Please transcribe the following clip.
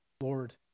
Lord